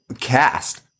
cast